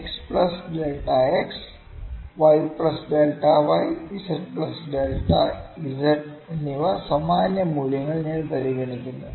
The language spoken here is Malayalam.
X plus delta x y plus delta y z plus delta z എന്നിവ സമാന മൂല്യങ്ങൾ ഞാൻ പരിഗണിക്കുന്നു